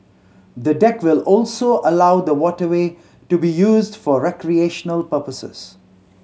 the deck will also allow the waterway to be used for recreational purposes